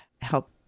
help